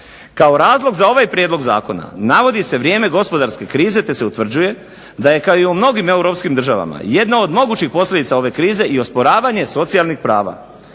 Kao razlog za ovaj prijedlog zakona navodi se vrijeme gospodarske krize, te se utvrđuje da je kao i u mnogim europskim državama jedna od mogućih posljedica ove krize i osporavanje socijalnih prava.